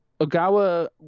Ogawa